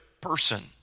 person